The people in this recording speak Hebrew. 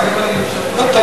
לא תמיד.